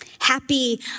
happy